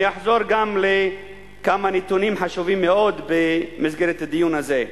אני אחזור גם לכמה נתונים חשובים מאוד במסגרת הדיון הזה.